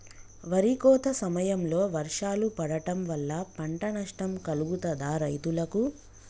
వరి కోత సమయంలో వర్షాలు పడటం వల్ల పంట నష్టం కలుగుతదా రైతులకు?